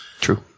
True